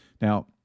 Now